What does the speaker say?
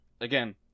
again